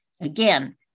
Again